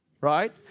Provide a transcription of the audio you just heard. right